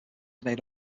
made